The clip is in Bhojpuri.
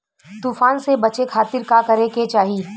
तूफान से बचे खातिर का करे के चाहीं?